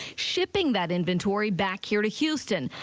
shipping that inventory back here to houston,